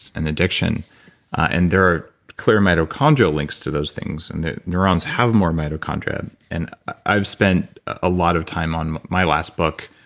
and addiction and there are clear mitochondrial links to those things, and that neurons have more mitochondria. and i've spent a lot of time on my last book,